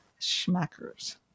Schmackers